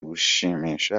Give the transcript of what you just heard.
gushimisha